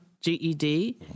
GED